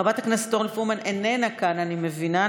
חברת הכנסת פרומן איננה כאן, אני מבינה.